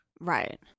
Right